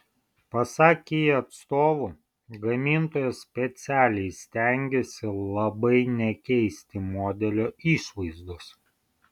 pasak kia atstovų gamintojas specialiai stengėsi labai nekeisti modelio išvaizdos